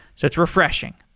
so it's refreshing.